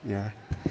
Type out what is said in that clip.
ya